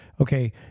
Okay